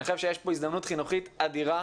אני חושב שיש פה הזדמנות חינוכית אדירה.